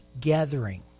gathering